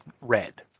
red